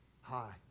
Hi